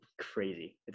crazy